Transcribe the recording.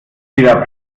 wieder